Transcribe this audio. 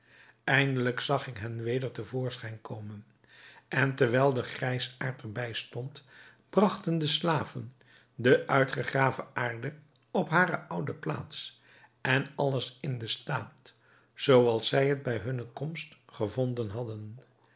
eindelijk zag ik hen weder te voorschijn komen en terwijl de grijsaard er bij stond bragten de slaven de uitgegraven aarde op hare oude plaats en alles in den staat zoo als zij het bij hunne komst gevonden hadden